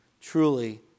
truly